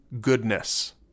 goodness